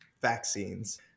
vaccines